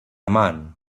man